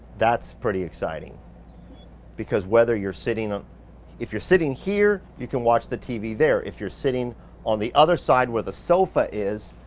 that's pretty exciting because whether you're sitting, if you're sitting here, you can watch the tv there. if you're sitting on the other side where the sofa is,